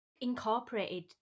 incorporated